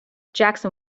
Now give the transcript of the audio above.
jackson